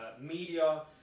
media